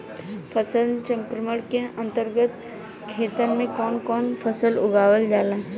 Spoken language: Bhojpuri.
फसल चक्रण के अंतर्गत खेतन में कवन कवन फसल उगावल जाला?